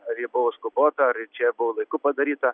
ar ji buvo skubota ar čia buvo laiku padaryta